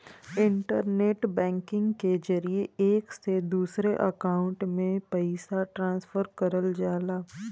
internet banking के जरिये एक से दूसरे अकांउट में पइसा ट्रांसफर करल जाला